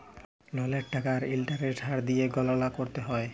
ললের টাকা আর ইলটারেস্টের হার দিঁয়ে গললা ক্যরতে হ্যয়